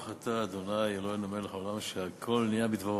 אתה ה' אלוהינו מלך העולם שהכול נהיה בדברו.